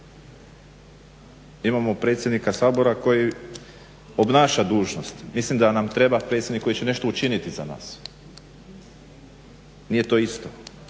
imamo predsjednika Sabora koji obnaša dužnost. Mislim da nam treba predsjednik koji će nešto učiniti za nas. Nije to isto